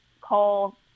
call